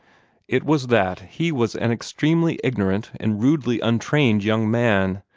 it was that he was an extremely ignorant and rudely untrained young man,